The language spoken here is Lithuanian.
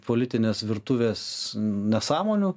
politinės virtuvės nesąmonių